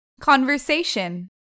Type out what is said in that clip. Conversation